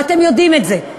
ואתם יודעים את זה.